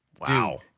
Wow